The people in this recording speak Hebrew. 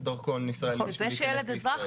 זה שילד אזרח,